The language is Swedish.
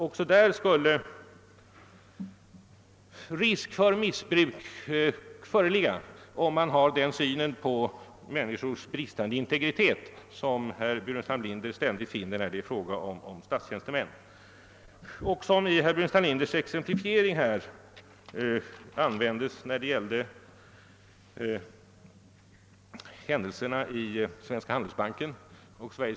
även här skulle det föreligga risk för missbruk, om man har samma syn på människors bristande integritet som herr Burenstam Linder ständigt ger uttryck åt när det gäller statstjänstemännen. Det är en sådan uppfattning som återkommer när herr Burenstam Linder i detta sammanhang tar upp händelserna i Svenska handelsbanken.